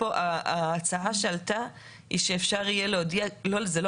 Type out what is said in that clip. ההצעה שעלתה היא שאפשר יהיה להודיע זה לא